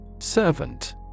Servant